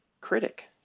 critic